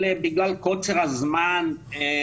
בגלל קוצר הזמן,